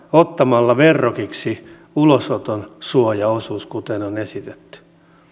ottamalla verrokiksi ulosoton suojaosuus kuten on esitetty